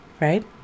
right